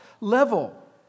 level